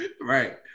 Right